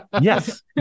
yes